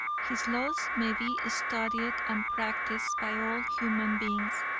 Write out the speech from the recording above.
his laws may be studied and practiced by all human beings,